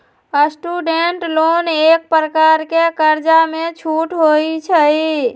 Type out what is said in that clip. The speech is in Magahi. स्टूडेंट लोन एक प्रकार के कर्जामें छूट होइ छइ